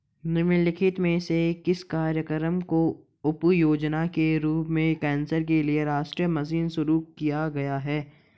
निम्नलिखित में से किस कार्यक्रम को उपयोजना के रूप में कैंसर के लिए राष्ट्रीय मिशन शुरू किया गया है?